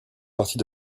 partie